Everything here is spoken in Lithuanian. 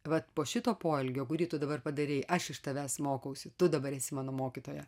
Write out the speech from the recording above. vat po šito poelgio kurį tu dabar padarei aš iš tavęs mokausi tu dabar esi mano mokytoja